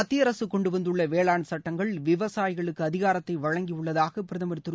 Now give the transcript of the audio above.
மத்திய அரசு கொண்டு வந்துள்ள வேளாண் சுட்டங்கள் விவசாயிகளுக்கு அதிகாரத்தை வழங்கி உள்ளதாக பிரதமர் திரு